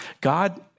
God